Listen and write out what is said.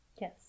Yes